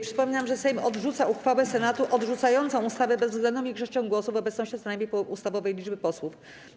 Przypominam, że Sejm odrzuca uchwałę Senatu odrzucającą ustawę bezwzględną większością głosów w obecności co najmniej połowy ustawowej liczby posłów.